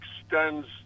extends